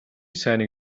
сайныг